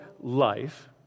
life